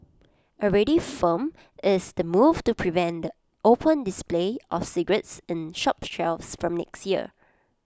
already firm is the move to prevent the open display of cigarettes in shop shelves from next year